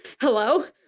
Hello